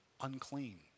unclean